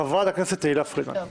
חברת הכנסת תהלה פרידמן.